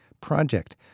project